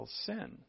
sin